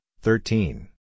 thirteen